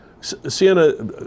Sienna